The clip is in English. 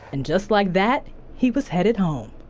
and just like, that he was headed home.